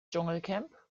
dschungelcamp